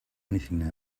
anything